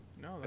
no